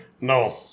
No